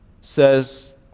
says